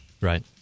Right